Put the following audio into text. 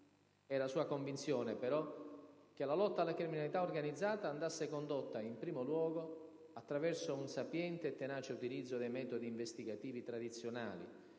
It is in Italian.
Era sua convinzione, però, che la lotta alla criminalità organizzata andasse condotta, in primo luogo, attraverso un sapiente e tenace utilizzo dei metodi investigativi tradizionali,